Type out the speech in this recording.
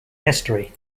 history